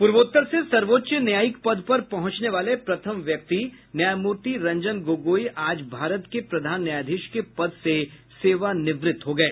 पूर्वोत्तर से सर्वोच्च न्यायिक पद पर पहुंचने वाले प्रथम व्यक्ति न्यायमूर्ति रंजन गोगोई आज भारत के प्रधान न्यायाधीश के पद से सेवानिवृत्त हो गये